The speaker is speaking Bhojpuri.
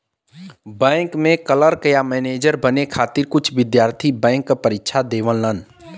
बैंक में क्लर्क या मैनेजर बने खातिर कुछ विद्यार्थी बैंक क परीक्षा देवलन